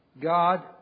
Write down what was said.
God